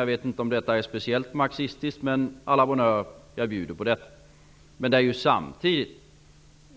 Jag vet inte om det jag sagt är speciellt marxistiskt. A la bonne heure -- jag bjuder på det i så fall. Samtidigt